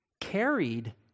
Carried